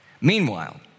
Meanwhile